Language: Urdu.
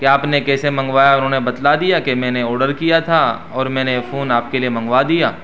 کہ آپ نے کیسے منگوایا انہیں بتلا دیا کہ میں نے آرڈر کیا تھا اور میں نے فون آپ کے لیے منگوا دیا